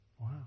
wow